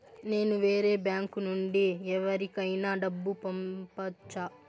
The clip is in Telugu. నేను వేరే బ్యాంకు నుండి ఎవరికైనా డబ్బు పంపొచ్చా?